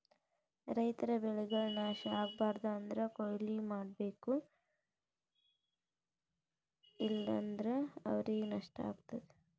ರೈತರ್ ಬೆಳೆಗಳ್ ನಾಶ್ ಆಗ್ಬಾರ್ದು ಅಂದ್ರ ಕೊಯ್ಲಿ ಮಾಡ್ತಿರ್ಬೇಕು ಇಲ್ಲಂದ್ರ ಅವ್ರಿಗ್ ನಷ್ಟ ಆಗ್ತದಾ